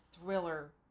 thriller